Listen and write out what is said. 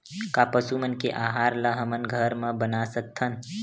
का पशु मन के आहार ला हमन घर मा बना सकथन?